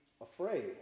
afraid